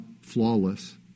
flawless